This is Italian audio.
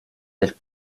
del